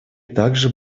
также